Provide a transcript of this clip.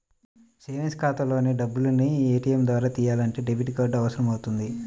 savings ఖాతాలోని డబ్బుల్ని ATM ద్వారా తియ్యాలంటే డెబిట్ కార్డు అవసరమవుతుంది